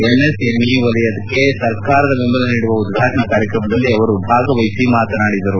MSME ವಲಯಕ್ಕೆ ಸರ್ಕಾರದ ಬೆಂಬಲ ನೀಡುವ ಉದ್ವಾಟನಾ ಕಾರ್ಕ್ರಮದಲ್ಲಿ ಭಾಗವಹಿಸಿ ಅವರು ಮಾತನಾಡಿದರು